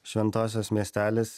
šventosios miestelis